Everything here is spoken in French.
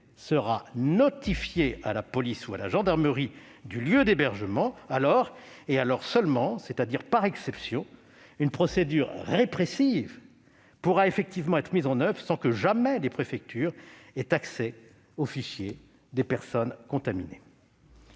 sera notifié à la police ou à la gendarmerie du lieu d'hébergement. Alors et alors seulement, c'est-à-dire par exception, une procédure répressive pourra effectivement être mise en oeuvre sans que jamais les préfectures aient eu accès au fichier des personnes contaminées.